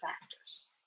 factors